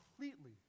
completely